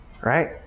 right